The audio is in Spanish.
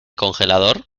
congelador